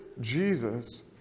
Jesus